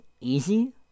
easy